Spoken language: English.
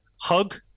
hug